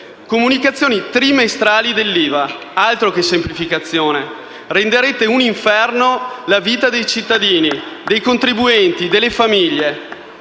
comunicazioni trimestrali dell'IVA. Altro che semplificazione: renderete un inferno la vita dei cittadini, dei contribuenti, delle famiglie.